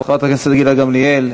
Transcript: חברת הכנסת גילה גמליאל,